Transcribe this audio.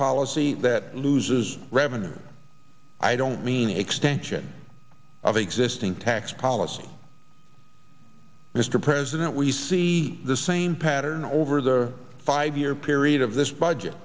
policy that loses revenue i don't mean extension of existing tax policy mr president we see the same pattern over the five year period of this